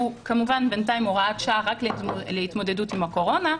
שהיא כמובן בינתיים הוראת שעה רק להתמודדות עם הקורונה,